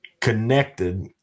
connected